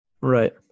Right